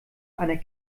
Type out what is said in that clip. einer